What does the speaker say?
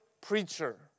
preacher